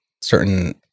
certain